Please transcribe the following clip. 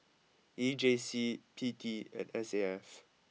E J C P T and S A F